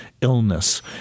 illness